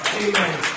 Amen